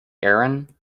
erin